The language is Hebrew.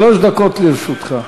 שלוש דקות לרשותך.